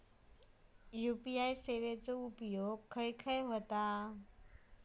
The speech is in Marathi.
यू.पी.आय सेवेचा उपयोग खाय खाय होता?